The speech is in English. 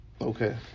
Okay